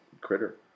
critter